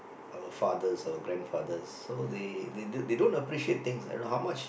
our fathers our grandfathers so they they they don't appreciate things like don't know how much